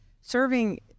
Serving